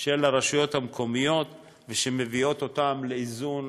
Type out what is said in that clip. של הרשויות המקומיות שמביאות אותן לאיזון,